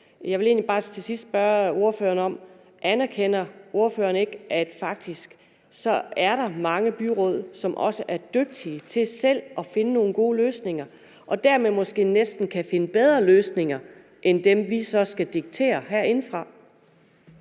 ordføreren: Anerkender ordføreren ikke, at der faktisk er mange byråd, som også er dygtige til selv at finde nogle gode løsninger og dermed måske næsten kan finde bedre løsninger end dem, vi så skal diktere herindefra?